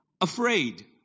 Afraid